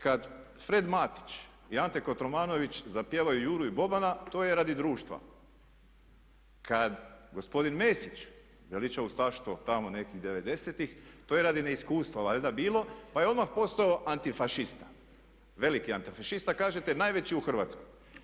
Kad Fred Matić i Ante Kotromanović zapjevaju Juru i Bobana to je radi društva, kad gospodin Mesić veliča ustaštvo tamo nekih '90-ih to je radi neiskustva valjda bilo pa je odmah postao antifašisti, veliki antifašista kažete najveći u Hrvatskoj.